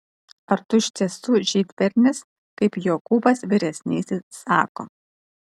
ar tu iš tiesų žydbernis kaip jokūbas vyresnysis sako